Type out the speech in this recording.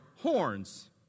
horns